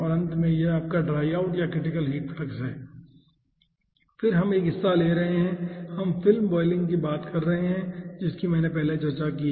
अंत में यह आपका ड्राई आउट या क्रिटिकल हीट फ्लक्स है और फिर हम एक हिस्सा ले रहे हैं हम फिल्म बॉयलिंग की बात कर रहे हैं जिसकी मैंने पहले चर्चा की है